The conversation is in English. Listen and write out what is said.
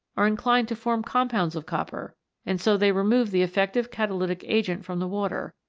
are inclined to form compounds of copper and so they remove the effective catalytic agent from the water,